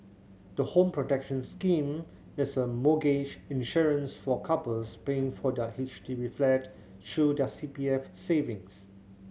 the Home Protection Scheme is a mortgage insurance for couples paying for their H D B flat through their C P F savings